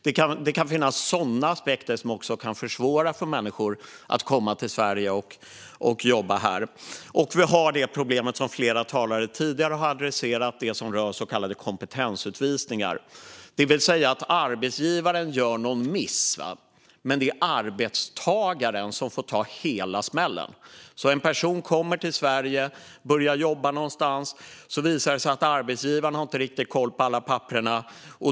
Det kan finnas sådana aspekter som kan försvåra för människor att komma till Sverige och jobba här. Vi har också det problem som flera tidigare talare har adresserat, nämligen det som rör så kallade kompetensutvisningar. Det är när arbetsgivare gör en miss men där det är arbetstagaren som får ta hela smällen. En person kommer till Sverige och börjar jobba någonstans, och så visar det sig att arbetsgivaren inte riktigt har koll på alla papper.